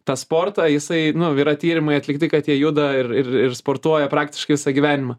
tą sportą jisai nu yra tyrimai atlikti kad jie juda ir ir ir sportuoja praktiškai visą gyvenimą